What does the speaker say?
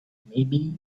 maybe